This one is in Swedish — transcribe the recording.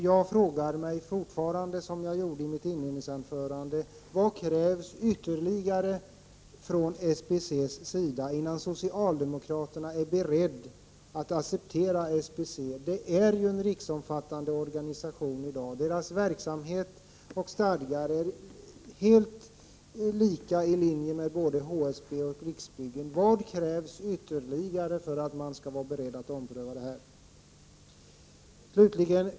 Jag frågar mig fortfarande, som jag gjorde i mitt inledningsanförande: Vad krävs ytterligare från SBC:s sida innan socialdemokraterna är beredda att acceptera SBC? Det är ju i dag en riksomfattande organisation. Dess verksamhet och stadgar är helt i linje med både HSB:s och Riksbyggens. Vad krävs ytterligare för att man skall vara beredd att ompröva detta?